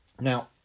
Now